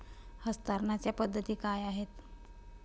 हस्तांतरणाच्या पद्धती काय आहेत?